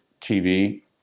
TV